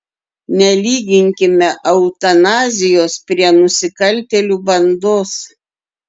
nelyginkime eutanazijos prie nusikaltėlių bandos